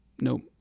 nope